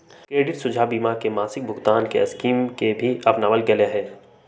credit सुरक्षवा बीमा में मासिक भुगतान के स्कीम के भी अपनावल गैले है